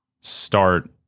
start